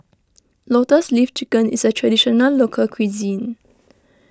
Lotus Leaf Chicken is a Traditional Local Cuisine